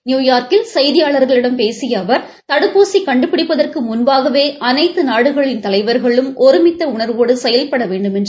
நியூயார்க்கில் செய்தியாளர்களிடம் பேசிய அவர் தடுப்பூசி கண்டுபிடிப்பதற்கு முன்பாகவே அனைத்து நாடுகளின் தலைவர்களும் ஒருமித்த உணர்வோடு செயல்பட வேண்டுமென்று கேட்டுக் கொண்டார்